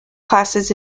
classes